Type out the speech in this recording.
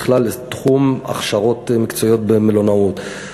בכלל לתחום הכשרות מקצועיות במלונאות,